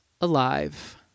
alive